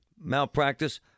Malpractice